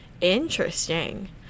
interesting